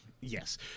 Yes